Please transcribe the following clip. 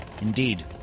Indeed